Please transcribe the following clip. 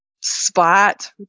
spot